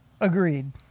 Agreed